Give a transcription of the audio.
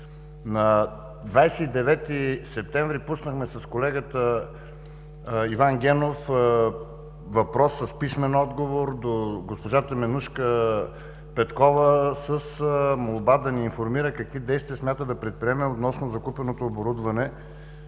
На 29 септември с колегата Иван Генов пуснахме въпрос с писмен отговор до госпожа Теменужка Петкова с молба да ни информира какви действия смята да предприеме относно закупеното оборудване